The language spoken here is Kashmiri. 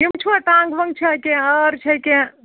یِم چھِوا ٹنٛگ وَنٛگ چھا کینٛہہ ٲر چھا کینٛہہ